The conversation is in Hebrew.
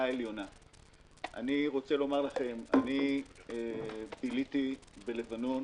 אני רוצה לומר לכם, ביליתי בלבנון